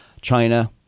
China